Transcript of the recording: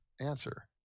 answer